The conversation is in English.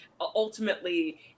ultimately